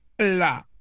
La